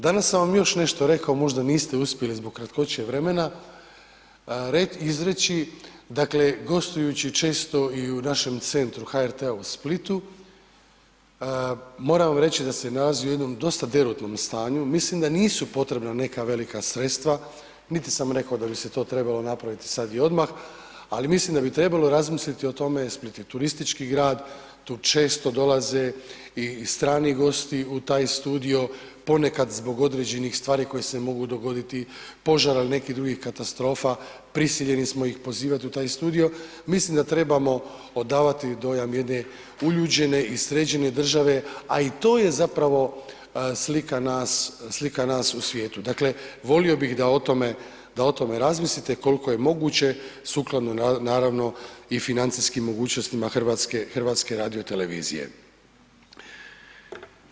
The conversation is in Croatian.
Danas sam vam još nešto rekao, možda niste uspjeli zbog kratkoće vremena izreći, dakle gostujući često i u našem centru HRT-a u Splitu, moram vam reći da se nalazi u jednom dosta derutnom stanju, mislim da nisu potrebna neka velika sredstva niti sam rekao da bi se to trebalo napraviti sad i odmah ali mislim da bi trebalo razmisliti o tome jesmo li mi turistički grad, tu često dolaze i strani gosti u taj studio, ponekad zbog određenih stvari koje se mogu dogoditi, požar, al i nekih drugih katastrofa, prisiljeni smo ih pozivat u taj studio, mislim da trebamo odavati dojam jedne uljuđene i sređene države, a i to je zapravo slika nas, slika nas u svijetu, dakle volio bih da o tome, da o tome razmislite kolko je moguće sukladno naravno i financijskim mogućnostima HRT-a.